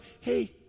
hey